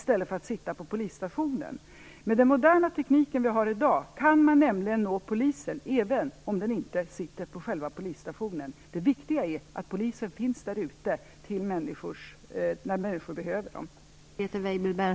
Med dagens moderna teknik kan man nämligen nå polisen även om den inte sitter på själva polisstationen. Det viktiga är att polisen finns där ute när människor behöver den.